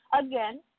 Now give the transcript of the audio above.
Again